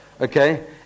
okay